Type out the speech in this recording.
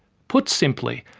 put simply,